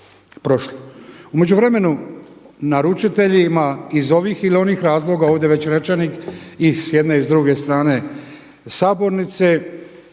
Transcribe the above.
U međuvremenu naručiteljima iz ovih ili onih razloga ovdje već rečenih i s jedne i s druge strane sabornice